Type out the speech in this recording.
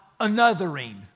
anothering